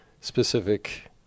specific